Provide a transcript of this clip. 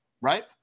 right